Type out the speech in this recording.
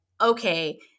okay